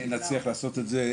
אם נצליח לעשות את זה,